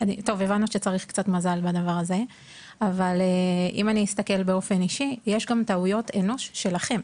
הבנו שצריך קצת מזל בדבר הזה אבל יש גם טעויות אנוש שלכם.